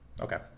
okay